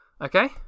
Okay